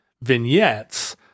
vignettes